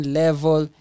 level